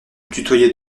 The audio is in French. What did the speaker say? tutoyait